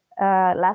last